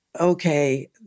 okay